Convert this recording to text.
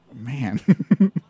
Man